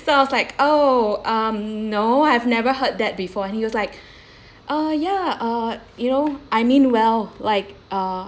so I was like oh um no I've never heard that before and he was like uh yeah uh you know I mean well like uh